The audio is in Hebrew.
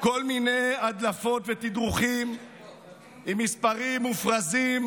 כל מיני הדלפות ותדרוכים עם מספרים מופרזים